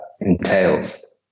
entails –